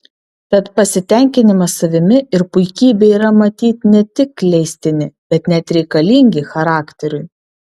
tad pasitenkinimas savimi ir puikybė yra matyt ne tik leistini bet net reikalingi charakteriui